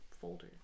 folder